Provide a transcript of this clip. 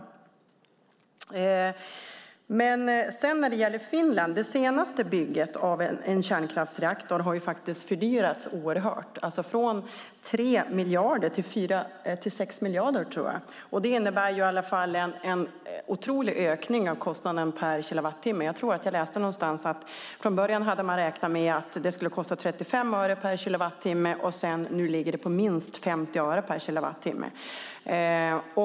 När det gäller Finland vill jag säga att det senaste bygget av en kärnkraftsreaktor har fördyrats oerhört. Jag tror att det har fördyrats från 3 till 6 miljarder. Det innebär en otrolig ökning av kostnaden per kilowattimme. Jag tror att jag läste någonstans att man från början hade räknat med en kostnad på 35 öre per kilowattimme, och nu ligger den på minst 50 öre per kilowattimme.